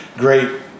great